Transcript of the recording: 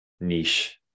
niche